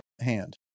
hand